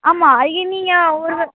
ஆமாம் அய்யா நீங்கள் ஒரு